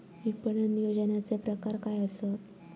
विपणन नियोजनाचे प्रकार काय आसत?